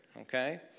Okay